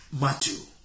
Matthew